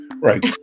right